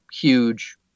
huge